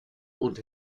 und